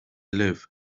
live